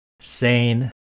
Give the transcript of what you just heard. sane